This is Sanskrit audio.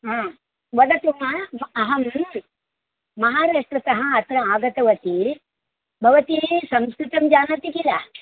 वदतु मा अहं महाराष्ट्रतः अत्र आगतवती भवती संस्कृतं जानाति किल